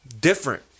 different